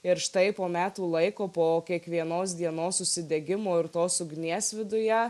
ir štai po metų laiko po kiekvienos dienos užsidegimo ir tos ugnies viduje